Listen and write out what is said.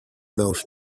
those